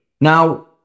Now